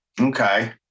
Okay